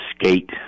skate